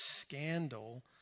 scandal